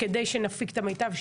כדי שנפיק את המיטב,